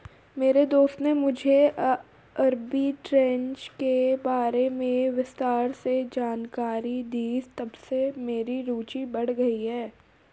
मेरे दोस्त ने मुझे आरबी ट्रेज़ के बारे में विस्तार से जानकारी दी तबसे मेरी रूचि बढ़ गयी